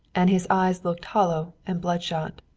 and his eyes looked hollow and bloodshot.